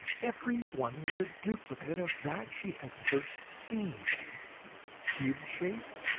every one was a duplicate of that she had first seen cube-shaped,